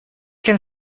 can